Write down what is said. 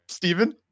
Stephen